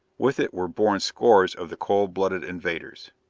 with it were borne scores of the cold-blooded invaders.